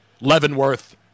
Leavenworth